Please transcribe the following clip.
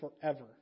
forever